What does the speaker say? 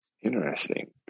Interesting